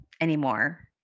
anymore